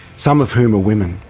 some of whom are women.